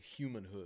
humanhood